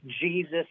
Jesus